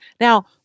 Now